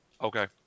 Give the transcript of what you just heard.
Okay